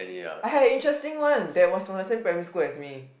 I had interesting one they was from the same primary school as me